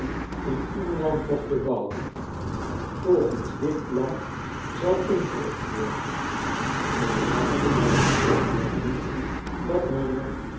in en gel and mochten bouwen volgens dit plan zal ingericht worden men maakte mij de opmerking dat men er